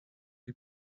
die